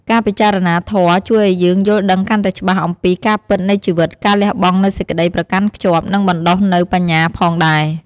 ការពិចារណាធម៌ជួយឱ្យយើងយល់ដឹងកាន់តែច្បាស់អំពីការពិតនៃជីវិត ការលះបង់នូវសេចក្តីប្រកាន់ខ្ជាប់ និងបណ្ដុះនូវបញ្ញាផងដែរ។